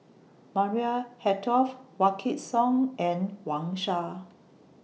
Maria Hertogh Wykidd Song and Wang Sha